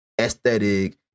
aesthetic